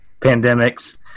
pandemics